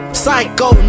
psycho